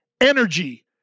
energy